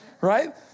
Right